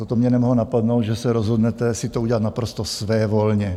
Toto mě mohlo napadnout, že se rozhodnete si to udělat naprosto svévolně.